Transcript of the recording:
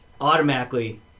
automatically